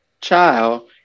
child